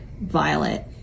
violet